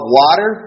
water